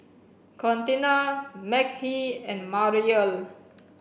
Contina Mekhi and Mariel